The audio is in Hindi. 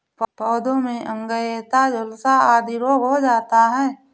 पौधों में अंगैयता, झुलसा आदि रोग हो जाता है